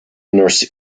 nurse